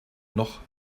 noch